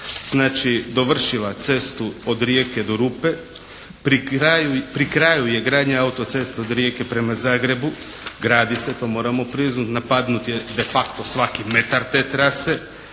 mandatu dovršila cestu od Rijeke do Rupe, pri kraju je gradnja autoceste od Rijeke prema Zagrebu, gradi se, to moramo priznati, napadnut je de facto svaki metar te trase.